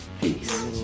Peace